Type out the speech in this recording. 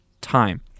time